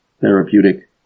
therapeutic